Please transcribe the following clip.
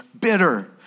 bitter